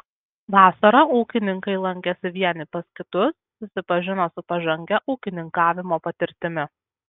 vasarą ūkininkai lankėsi vieni pas kitus susipažino su pažangia ūkininkavimo patirtimi